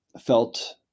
felt